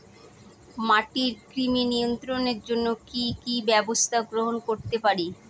মাটির কৃমি নিয়ন্ত্রণের জন্য কি কি ব্যবস্থা গ্রহণ করতে পারি?